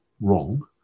wrong